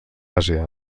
àsia